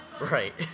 Right